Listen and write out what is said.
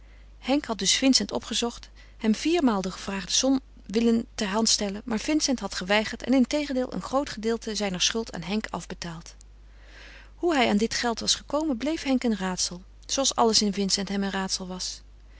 henk had dus vincent opgezocht hem viermaal de gevraagde som willen ter hand stellen maar vincent had geweigerd en integendeel een groot gedeelte zijner schuld aan henk afbetaald hoe hij aan dit geld was gekomen bleef henk een raadsel zooals alles in vincent hem een raadsel was